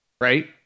right